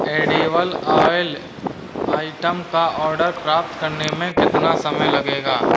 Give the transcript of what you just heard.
edible oil item का order प्राप्त करने में कितना समय लगेगा